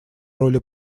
роли